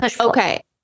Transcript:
Okay